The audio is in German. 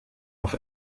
auf